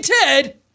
Ted